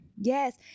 Yes